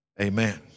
Amen